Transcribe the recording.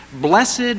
Blessed